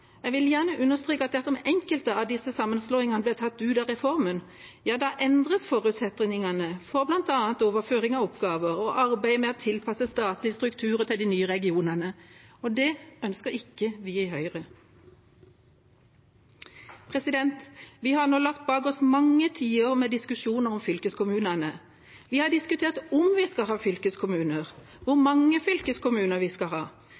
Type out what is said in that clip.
Jeg vil gjerne understreke at dersom enkelte av disse sammenslåingene blir tatt ut av reformen, endres forutsetningene for bl.a. overføring av oppgaver og arbeidet med å tilpasse statlige strukturer til de nye regionene. Og det ønsker ikke vi i Høyre. Vi har nå lagt bak oss mange tiår med diskusjon om fylkeskommunene. Vi har diskutert om vi skal ha fylkeskommuner, hvor mange fylkeskommuner vi skal ha,